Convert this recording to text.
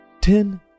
Ten